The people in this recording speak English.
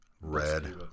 Red